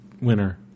winner